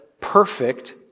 perfect